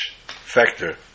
factor